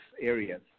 areas